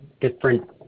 different